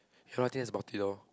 you know I think that's about it lor